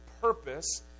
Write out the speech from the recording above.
purpose